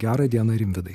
gerą dieną rimvydai